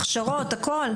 הכשרות וכו',